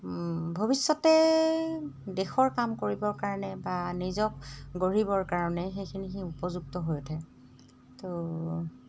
ভৱিষ্যতে দেশৰ কাম কৰিবৰ কাৰণে বা নিজক গঢ়িবৰ কাৰণে সেইখিনি সি উপযুক্ত হৈ উঠে তো